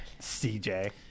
cj